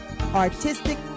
Artistic